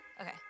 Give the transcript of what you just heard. Okay